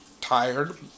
tired